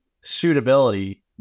suitability